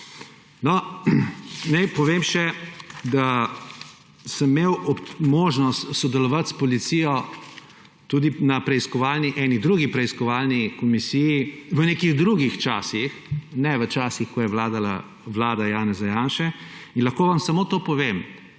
Naj povem še, da sem imel možnost sodelovati s policijo tudi na eni drugi preiskovalni komisiji v nekih drugih časih, ne v časih, ko je vladala vlada Janeza Janše. In lahko vam samo to povem,